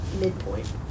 midpoint